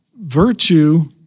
Virtue